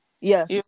Yes